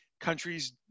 countries